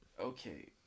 Okay